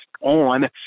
on